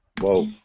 Whoa